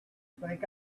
think